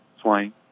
Swain